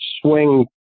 swing